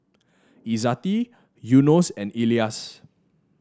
Izzati Yunos and Elyas